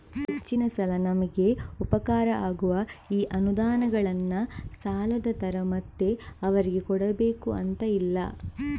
ಹೆಚ್ಚಿನ ಸಲ ನಮಿಗೆ ಉಪಕಾರ ಆಗುವ ಈ ಅನುದಾನಗಳನ್ನ ಸಾಲದ ತರ ಮತ್ತೆ ಅವರಿಗೆ ಕೊಡಬೇಕು ಅಂತ ಇಲ್ಲ